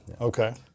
okay